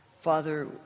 Father